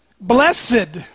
Blessed